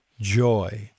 joy